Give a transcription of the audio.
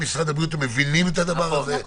הבריאות מבינים את הדבר הזה.